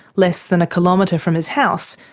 less than a kilometre from his house,